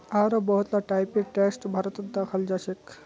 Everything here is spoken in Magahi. आढ़ो बहुत ला टाइपेर टैक्स भारतत दखाल जाछेक